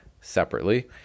separately